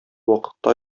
вакытта